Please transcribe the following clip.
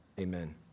Amen